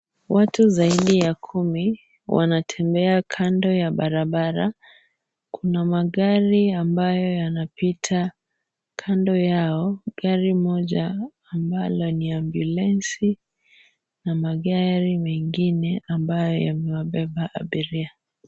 Watu zaidi ya kumi, wanatembea kando ya barabara. Kuna magari ambayo yanapita kando yao. Gari moja ambalo ni ambulensi, na magari mengine ambayo yamewabeba abiria.